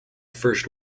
first